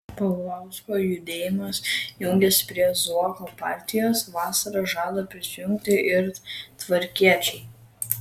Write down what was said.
paulausko judėjimas jungiasi prie zuoko partijos vasarą žada prisijungti ir tvarkiečiai